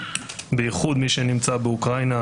בייחוד מי שנמצא באוקראינה,